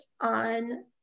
on